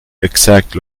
exact